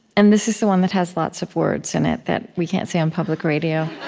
and this is the one that has lots of words in it that we can't say on public radio